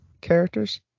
characters